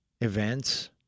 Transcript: events